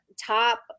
top